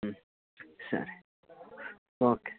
ಹ್ಞೂ ಸರಿ ಓಕೆ